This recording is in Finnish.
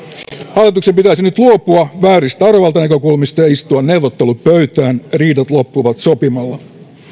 hallituksen pitäisi nyt luopua vääristä arvovaltanäkökulmista ja istua neuvottelupöytään riidat loppuvat sopimalla